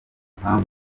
impamvu